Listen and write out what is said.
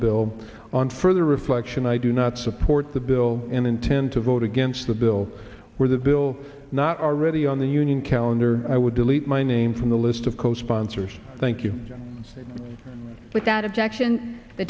bill on further reflection i do not support the bill in intend to vote against the bill where the bill not already on the union calendar i would delete my name from the list of co sponsors thank you james without objection the